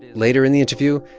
later in the interview,